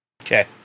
Okay